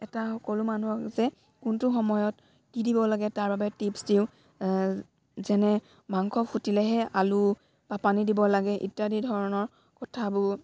এটা সকলো মানুহক যে কোনটো সময়ত কি দিব লাগে তাৰ বাবে টিপছ দিওঁ যেনে মাংস ফুটিলেহে আলু বা পানী দিব লাগে ইত্যাদি ধৰণৰ কথাবোৰ